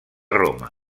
roma